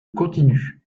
continu